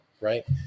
right